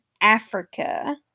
Africa